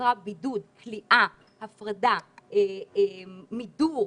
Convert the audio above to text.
שיצרה בידוד, כליאה, הפרדה, מידור,